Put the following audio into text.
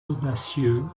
audacieux